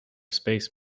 space